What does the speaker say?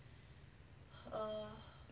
mm